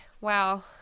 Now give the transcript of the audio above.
Wow